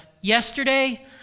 yesterday